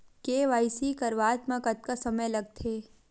KYC करवात म कतका समय लगथे?